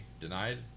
denied